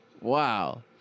Wow